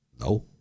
no